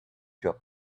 job